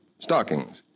stockings